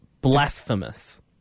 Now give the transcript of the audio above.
blasphemous